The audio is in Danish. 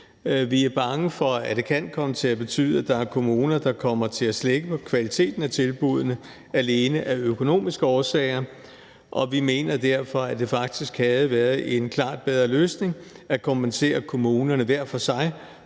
Vi er bange for, at det kan komme til at betyde, at der er kommuner, der kommer til at slække på kvaliteten af tilbuddene alene af økonomiske årsager, og vi mener derfor, at det faktisk havde været en klart bedre løsning at kompensere kommunerne hver for sig